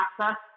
access